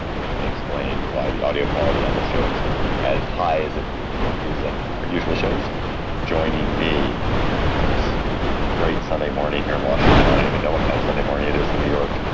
which may explain why the audio quality on the show is um as high as it is and our usual shows joining me on this bright sunday morning here in washington i don't even know what kind of sunday morning it is in new york.